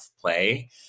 play